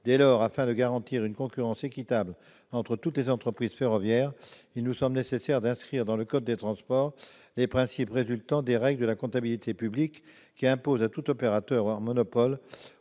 Dès lors, afin de garantir une concurrence équitable entre toutes les entreprises ferroviaires, il nous semble nécessaire d'inscrire dans le code des transports les principes résultant des règles de la comptabilité publique, qui imposent à tout opérateur en